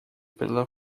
pela